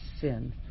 sin